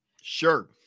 Sure